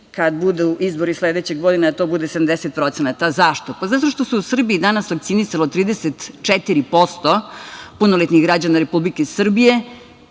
kada budu izbori sledeće godine, da to bude 70%.Zašto? Zato što se u Srbiji danas vakcinisalo 34% punoletnih građana Republike Srbije,